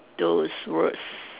those words